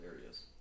areas